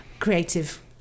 creative